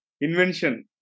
Invention